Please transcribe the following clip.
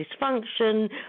dysfunction